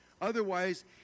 Otherwise